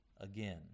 again